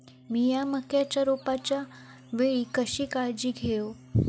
मीया मक्याच्या रोपाच्या वेळी कशी काळजी घेव?